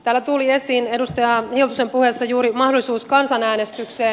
täällä tuli esiin edustaja hiltusen puheessa juuri mahdollisuus kansanäänestykseen